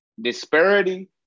disparity